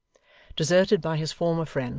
deserted by his former friends,